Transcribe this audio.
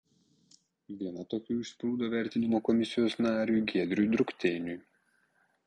viena tokių išsprūdo vertinimo komisijos nariui giedriui drukteiniui